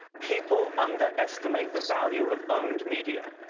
people underestimate the value of owned media.